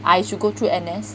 I should go through N_S